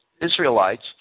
Israelites